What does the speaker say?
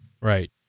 Right